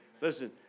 Listen